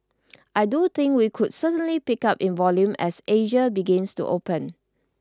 I do think we could certainly pick up in volume as Asia begins to open